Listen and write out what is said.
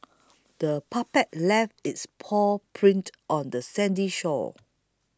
the puppy left its paw prints on the sandy shore